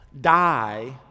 die